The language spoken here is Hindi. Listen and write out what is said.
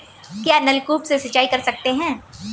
क्या नलकूप से सिंचाई कर सकते हैं?